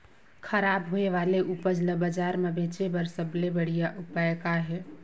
खराब होए वाले उपज ल बाजार म बेचे बर सबले बढ़िया उपाय का हे?